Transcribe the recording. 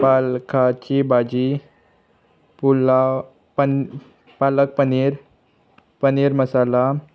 पालकाची भाजी पुलाव पन पालक पनीर पनीर मसाला